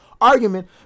argument